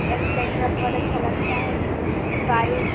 etcetera बहुत अच्छा लकता है बारि